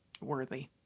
worthy